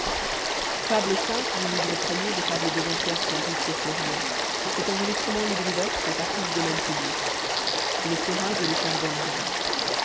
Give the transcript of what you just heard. iii r les serins et le chardonneret